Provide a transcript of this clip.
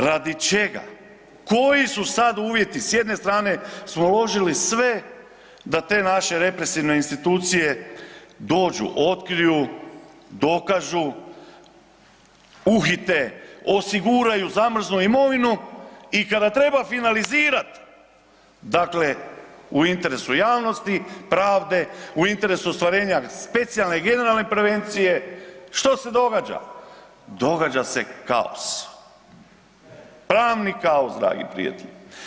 Radi čega, koji su sad uvjeti s jedne strane smo uložili sve da te naše represivne institucije dođu, otkriju, dokažu, uhite, osiguraju, zamrznu imovinu i kada treba finalizirat, dakle u interesu javnosti i pravde, u interesu ostvarenja specijalne i generalne prevencije, što se događa, događa se kaos, pravni kaos dragi prijatelji.